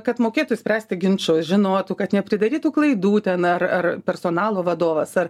kad mokėtų spręsti ginčus žinotų kad nepridarytų klaidų ten ar ar personalo vadovas ar